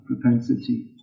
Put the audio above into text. propensity